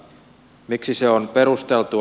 ja miksi se on perusteltua